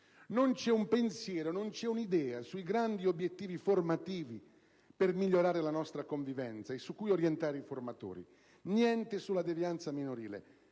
un solo pensiero, una sola idea sui grandi obiettivi formativi per migliorare la nostra convivenza e su cui orientare i formatori. Niente sulla devianza minorile,